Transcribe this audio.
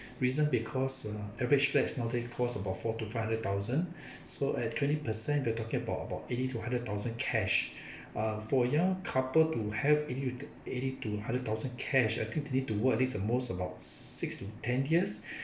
reason because uh average flats nowadays cost about four to five hundred thousand so at twenty per cent we're talking about about eighty to a hundred thousand cash uh for a young couple to have eighty eighty to a hundred thousand cash I think they need to work the most about six to ten years